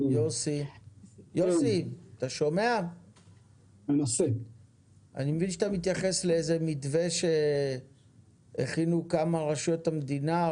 אני מבין שאתה מתייחס למתווה שהכינו כמה מרשויות המדינה,